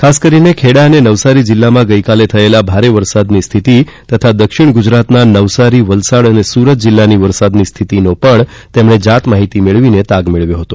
ખાસ કરીને ખેડા અને નવસારી જિલ્લામાં ગઇકાલે થયેલા ભારે વરસાદની સ્થિતિ તથા દક્ષિણ ગુજરાતના નવસારી વલસાડ અને સુરત જિલ્લાની વરસાદી સ્થિતિની પણ તેમણે જાત માહિતી મેળવી હતી